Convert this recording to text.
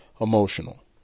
emotional